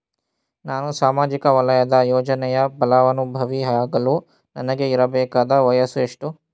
ನಾನು ಸಾಮಾಜಿಕ ವಲಯದ ಯೋಜನೆಯ ಫಲಾನುಭವಿ ಯಾಗಲು ನನಗೆ ಇರಬೇಕಾದ ವಯಸ್ಸು ಎಷ್ಟು?